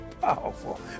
powerful